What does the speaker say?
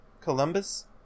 Columbus